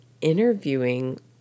interviewing